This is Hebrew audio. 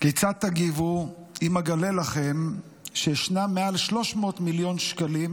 כיצד תגיבו אם אגלה לכם שיש מעל 300 מיליון שקלים